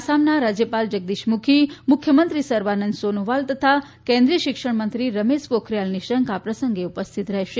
આસામનાં રાજ્યપાલ જગદીશ મુખી મુખ્યમંત્રી સર્વાનંદ સોનોવાલ તથા કેન્દ્રીય શિક્ષણમંત્રી રમેશ પોખરીયાલ નિઃશંક આ પ્રસંગે ઉપસ્થિત રહેશે